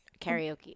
karaoke